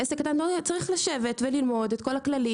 בעל עסק קטן צריך לשבת וללמוד את כל הכללים,